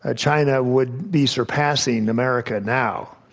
ah china would be surpassing america now,